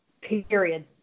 Period